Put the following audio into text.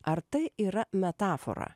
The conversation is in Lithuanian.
ar tai yra metafora